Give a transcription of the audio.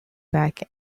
back